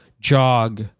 jog